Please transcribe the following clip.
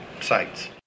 sites